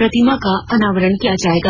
प्रतिमा का अनावरण किया जाएगा